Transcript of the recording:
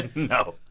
no,